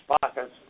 pockets